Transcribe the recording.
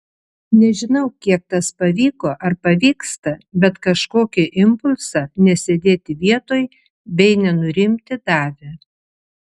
nežinau kiek tas pavyko ar pavyksta bet kažkokį impulsą nesėdėti vietoj bei nenurimti davė